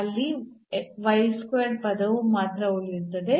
ಅಲ್ಲಿ ಪದವು ಮಾತ್ರ ಉಳಿಯುತ್ತದೆ